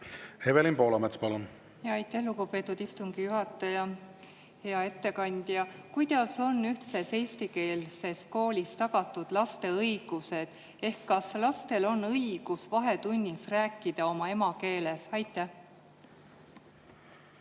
Evelin Poolamets, palun! Aitäh, lugupeetud istungi juhataja! Hea ettekandja! Kuidas on ühtses eestikeelses koolis tagatud laste õigused? Kas lastel on õigus vahetunnis rääkida oma emakeeles? Aitäh,